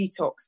detox